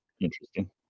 interesting